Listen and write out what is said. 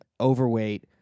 overweight